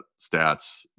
stats